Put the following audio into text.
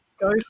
Go